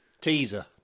Teaser